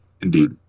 Indeed